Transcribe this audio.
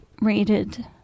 rated